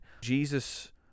Jesus